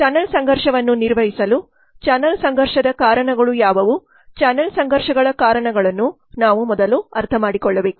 ಆದ್ದರಿಂದ ಚಾನಲ್ ಸಂಘರ್ಷವನ್ನು ನಿರ್ವಹಿಸಲು ಚಾನಲ್ ಸಂಘರ್ಷದ ಕಾರಣಗಳು ಯಾವುವು ಚಾನಲ್ ಸಂಘರ್ಷಗಳ ಕಾರಣಗಳನ್ನು ನಾವು ಮೊದಲು ಅರ್ಥಮಾಡಿಕೊಳ್ಳಬೇಕು